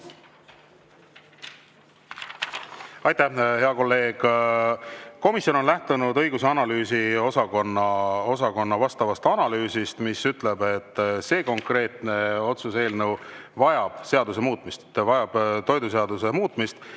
Aitäh, hea kolleeg! Komisjon on lähtunud õigus- ja analüüsiosakonna vastavast analüüsist, mis ütleb, et see konkreetne otsuse eelnõu [eeldab] seaduse muutmist, toiduseaduse muutmist,